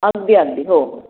अगदी अगदी हो